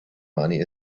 money